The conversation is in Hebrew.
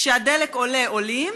כשהדלק עולה, עולים,